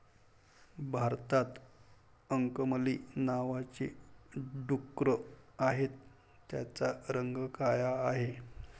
भारतात अंकमली नावाची डुकरं आहेत, त्यांचा रंग काळा आहे